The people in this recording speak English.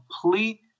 complete